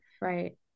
Right